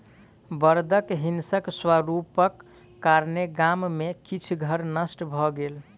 बड़दक हिंसक स्वरूपक कारणेँ गाम में किछ घर नष्ट भ गेल